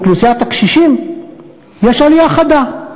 באוכלוסיית הקשישים יש עלייה חדה.